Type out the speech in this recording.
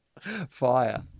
Fire